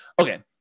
Okay